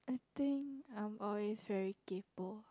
I think I'm always veyr kaypo